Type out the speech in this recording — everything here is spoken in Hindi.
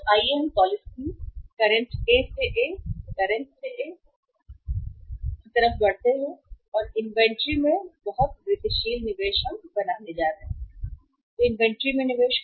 तो आइए हम पॉलिसी करंट ए से ए करंट से ए पॉलिसी करंट से ए की ओर बढ़ते हैं इन्वेंट्री में बहुत वृद्धिशील निवेश हम बनाने जा रहे हैं कितना बढ़ा है इन्वेंट्री में निवेश